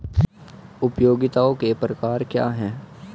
उपयोगिताओं के प्रकार क्या हैं?